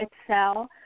excel